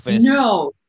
No